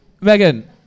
Megan